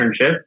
internship